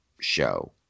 show